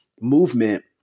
movement